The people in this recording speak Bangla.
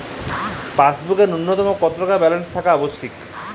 পাসবুকে ন্যুনতম কত টাকা ব্যালেন্স থাকা আবশ্যিক?